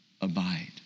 Abide